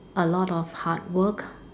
a lot of hard work